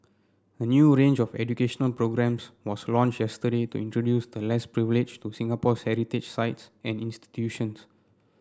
a new range of educational programmes was launched yesterday to introduce the less privileged to Singapore sites and institutions